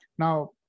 Now